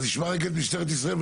נשמע את משטרת ישראל.